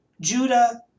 Judah